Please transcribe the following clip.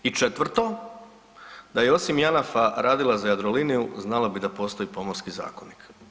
I četvrto, da je osim Janafa radila za Jadroliniju znala bi da postoji Pomorski zakonik.